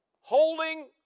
Holding